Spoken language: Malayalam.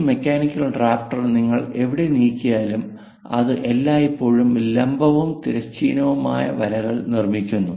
ഈ മെക്കാനിക്കൽ ഡ്രാഫ്റ്റർ നിങ്ങൾ എവിടെ നീക്കിയാലും അത് എല്ലായ്പ്പോഴും ലംബവും തിരശ്ചീനവുമായ വരികൾ നിർമ്മിക്കുന്നു